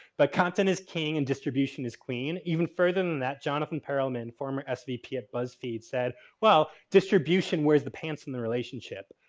but content is king and distribution is queen. even further than that. jonathan perelman former svp at buzzfeed said well, distribution wears the pants in the relationship.